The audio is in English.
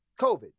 COVID